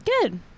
Good